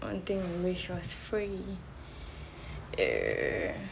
one thing you wish was free air